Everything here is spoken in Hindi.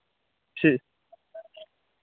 ठीक